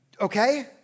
okay